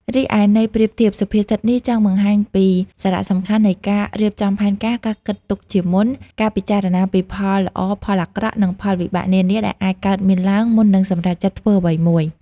រីឯន័យប្រៀបធៀប សុភាសិតនេះចង់បង្ហាញពីសារៈសំខាន់នៃការរៀបចំផែនការ ការគិតទុកជាមុន ការពិចារណាពីផលល្អផលអាក្រក់ និងផលវិបាកនានាដែលអាចកើតមានឡើង មុននឹងសម្រេចចិត្តធ្វើអ្វីមួយ។